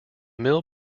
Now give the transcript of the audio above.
mill